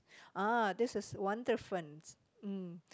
ah this is one difference mm